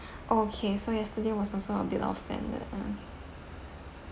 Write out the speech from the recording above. okay so yesterday was also a bit off standard ya